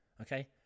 Okay